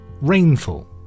Rainfall